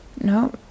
no